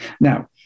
Now